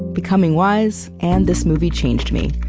becoming wise, and this movie changed me.